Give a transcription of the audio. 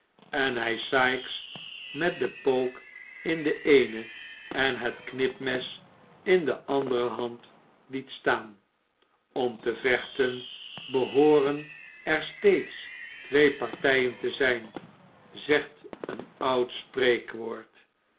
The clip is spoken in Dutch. en hij sikes met den pook in de eene en het knipmes in de andere hand liet staan om te vechten behooren er steeds twee partijen te zijn zegt een oud spreekwoord